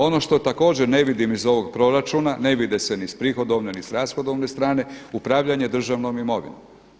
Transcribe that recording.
Ono što također ne vidim iz ovog proračuna, ne vide se ni s prihodovne ni s rashodovne strane upravljanje državnom imovinom.